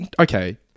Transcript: okay